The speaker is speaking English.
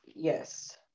Yes